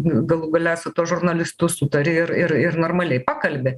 galų gale su tuo žurnalistu sutari ir ir ir normaliai pakalbi